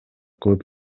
кылып